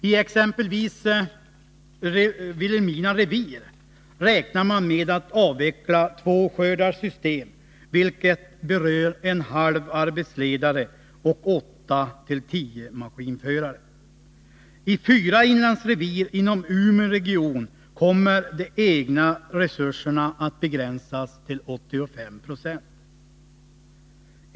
I exempelvis Vilhelmina revir räknar man med att avveckla två skördarsystem, vilket berör en halv arbetsledare och åtta till tio maskinförare. I fyra inlandsrevir inom Umeå region kommer de egna resurserna att begränsas till 85 9.